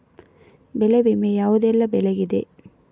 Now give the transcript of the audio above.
ಬೆಳೆ ವಿಮೆ ಯಾವುದೆಲ್ಲ ಬೆಳೆಗಿದೆ?